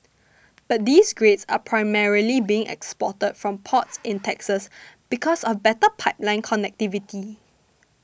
but these grades are primarily being exported from ports in Texas because of better pipeline connectivity